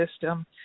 system